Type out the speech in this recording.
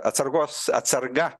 atsargos atsarga